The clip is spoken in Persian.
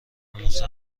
موسی